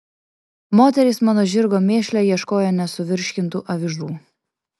moterys mano žirgo mėšle ieškojo nesuvirškintų avižų